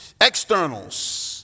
Externals